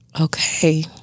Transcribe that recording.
Okay